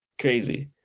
crazy